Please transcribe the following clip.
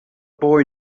boy